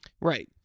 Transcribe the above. Right